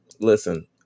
Listen